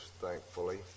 thankfully